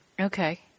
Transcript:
Okay